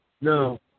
No